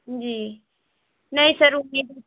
जी नहीं सर